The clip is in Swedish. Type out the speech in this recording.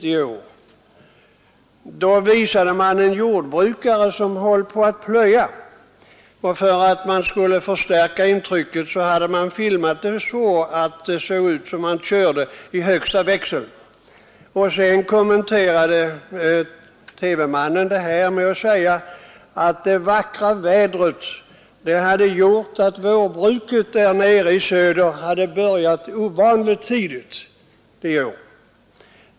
Då visade man en jordbrukare som höll på att plöja. För att förstärka intrycket hade man filmat honom så att det såg ut som om han körde med högsta växeln ilagd. Sedan kommenterade TV-mannen bilden med att säga att det vackra vädret gjort att vårbruket i söder börjat ovanligt tidigt i år.